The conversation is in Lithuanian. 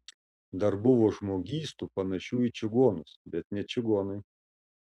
dar buvo žmogystų panašių į čigonus bet ne čigonai